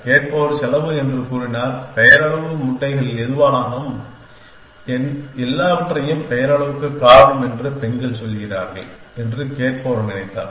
கேட்பவர் செலவு என்று கூறினார் பெயரளவு முட்டைகள் எதுவாக இருந்தாலும் எல்லாவற்றையும் பெயரளவுக்கு காரணம் என்று பெண்கள் சொல்கிறார்கள் என்று கேட்பவர் நினைத்தார்